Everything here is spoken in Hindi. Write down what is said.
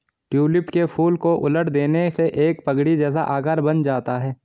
ट्यूलिप के फूल को उलट देने से एक पगड़ी जैसा आकार बन जाता है